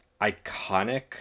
iconic